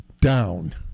down